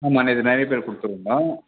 ஆமாம் நேற்று நிறைய பேருக்கு கொடுத்துருந்தோம்